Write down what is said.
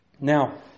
Now